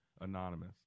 Anonymous